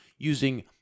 Using